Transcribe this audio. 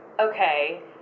Okay